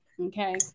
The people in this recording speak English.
Okay